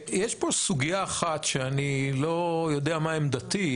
יש פה סוגיה אחת שאני לא יודע מה עמדתי,